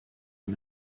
are